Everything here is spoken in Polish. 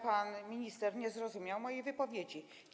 Pan minister nie zrozumiał mojej wypowiedzi.